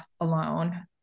alone